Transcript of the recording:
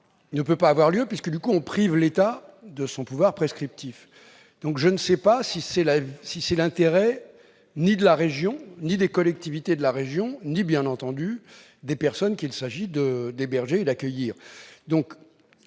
ne peut avoir lieu puisque, du coup, on prive l'État de son pouvoir prescriptif. Je ne sais pas si c'est l'intérêt de la région, de ses collectivités et, bien entendu, des personnes qu'il s'agit d'héberger et d'accueillir.